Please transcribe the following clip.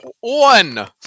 one